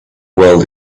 world